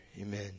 amen